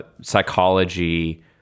psychology